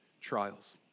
trials